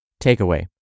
Takeaway